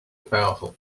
powerful